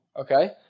Okay